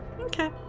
okay